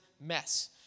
mess